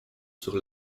sur